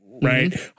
Right